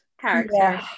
character